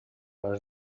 les